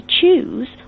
choose